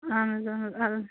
اہن حظ اہن حظ اہن حظ